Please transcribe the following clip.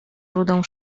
rudą